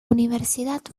universidad